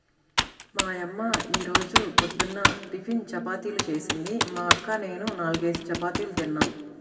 మా యమ్మ యీ రోజు పొద్దున్న టిపిన్గా చపాతీలు జేసింది, మా అక్క నేనూ నాల్గేసి చపాతీలు తిన్నాం